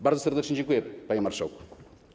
Bardzo serdecznie dziękuję, panie marszałku.